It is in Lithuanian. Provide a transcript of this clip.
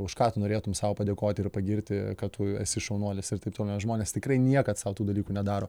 už ką tu norėtum sau padėkoti ir pagirti kad tu esi šaunuolis ir taip toliau nes žmonės tikrai niekad sau tų dalykų nedaro